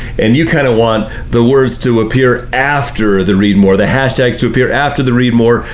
and you kind of want the words to appear after the read more, the hashtags to appear after the read more,